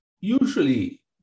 usually